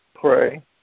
pray